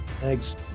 Thanks